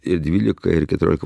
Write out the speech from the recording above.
ir dvylika ir keturiolika